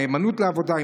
נאמנות לעבודה,